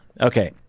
Okay